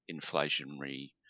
Inflationary